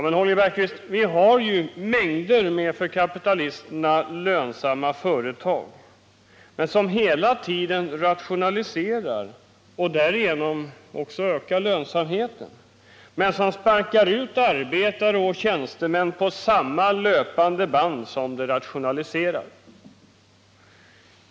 Men, Holger Bergqvist, vi har mängder med för kapitalisterna lönsamma företag, som hela tiden rationaliserar och därigenom också ökar lönsamheten men som sparkar ut arbetare och tjänstemän på samma löpande band som de rationaliserar.